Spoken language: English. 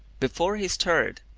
before he stirred,